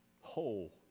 whole